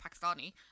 Pakistani